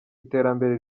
iterambere